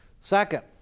Second